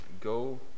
go